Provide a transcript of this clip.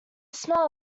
smell